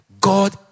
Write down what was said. God